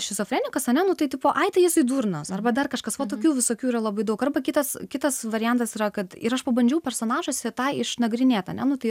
šizofrenikas ane nu tai tipo ai tai jisai durnas arba dar kažkas va tokių visokių yra labai daug arba kitas kitas variantas yra kad ir aš pabandžiau personažuose tą išnagrinėt ane nu tai